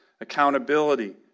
accountability